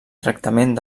tractament